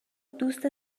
دوست